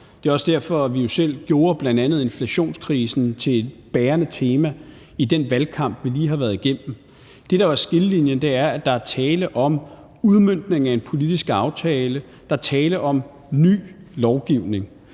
det er også derfor, vi jo selv gjorde bl.a. inflationskrisen til et bærende tema i den valgkamp, vi lige har været igennem. Det, der jo er skillelinjen, er, at der er tale om udmøntning af en politisk aftale – der er tale om ny lovgivning.